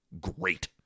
great